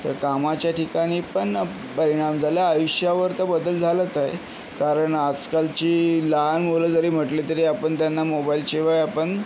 तर कामाच्या ठिकाणी पण परिणाम झाला आहे आयुष्यावर तर बदल झालाच आहे कारण आजकालची लहान मुलं जरी म्हटली तरी आपण त्यांना मोबाईलशिवाय आपण